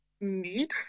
need